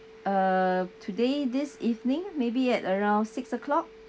uh today this evening maybe at around six o'clock